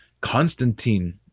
Constantine